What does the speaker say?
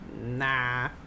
nah